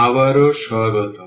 আবারো স্বাগতম